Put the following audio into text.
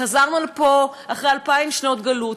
חזרנו לפה אחרי 2000 שנות גלות,